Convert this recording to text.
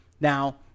Now